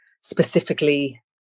specifically